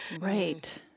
right